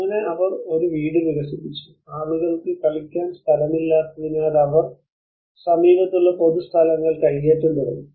അങ്ങനെ അവൾ ഒരു വീട് വികസിപ്പിച്ചു ആളുകൾക്ക് കളിക്കാൻ സ്ഥലമില്ലാത്തതിനാൽ അവർ സമീപത്തുള്ള പൊതു സ്ഥലങ്ങൾ കൈയേറ്റം തുടങ്ങി